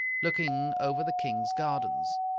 looking over the king's gardens.